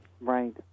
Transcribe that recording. Right